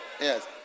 Yes